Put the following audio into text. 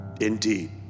indeed